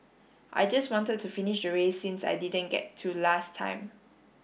I just wanted to finish the race since I didn't get to last time